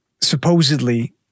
supposedly